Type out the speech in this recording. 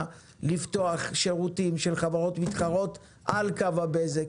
לפתוח שירותים של חברות מתחרות על קו הבזק,